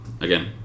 again